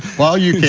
while you can,